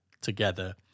together